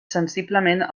sensiblement